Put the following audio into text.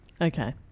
Okay